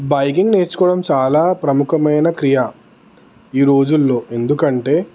biking నేర్చుకోవడం చాలా ప్రముఖమైన క్రియ ఈరోజుల్లో ఎందుకంటే